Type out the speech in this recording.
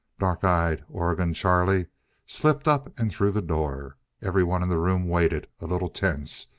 dark-eyed oregon charlie slipped up and through the door. everyone in the room waited, a little tense,